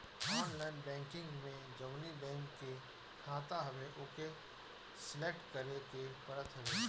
online banking में जवनी bank के खाता हवे ओके सलेक्ट करे के पड़त हवे